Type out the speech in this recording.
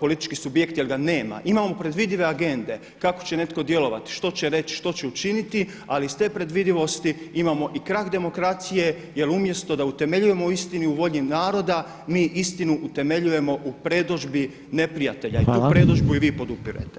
politički subjekt jel ga nema. imamo predvidive agende kako će neko djelovati, što će reći, što će učiniti, ali iz te predvidivosti imamo i krah demokracije jel da umjesto utemeljujemo istinu u volji naroda mi istinu utemeljujemo u predodžbi neprijatelja i tu predodžbu i vi podupirete.